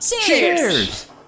Cheers